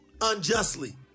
unjustly